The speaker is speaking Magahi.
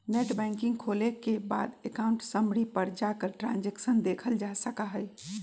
नेटबैंकिंग खोले के बाद अकाउंट समरी पर जाकर ट्रांसैक्शन देखलजा सका हई